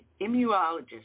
immunologist